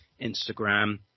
Instagram